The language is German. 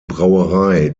brauerei